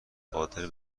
قادر